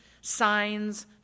signs